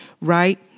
right